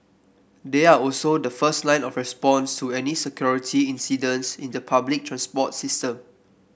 they are also the first line of response to any security incidents in the public transport system